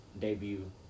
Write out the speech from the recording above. Debut